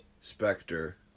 Spectre